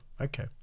Okay